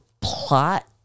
plot